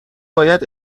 باید